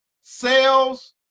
sales